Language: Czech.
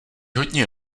hodně